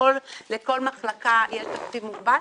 בכל זאת לכל מחלקה יש תקציב מוגבל.